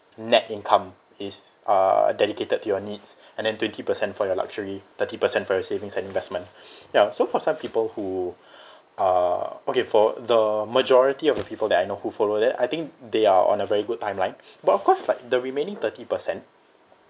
net income is uh dedicated to your needs and then twenty percent for your luxury thirty percent for your savings and investment ya so for some people who are okay for the majority of the people that I know who follow that I think they are on a very good timeline but of course like the remaining thirty percent